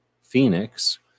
Phoenix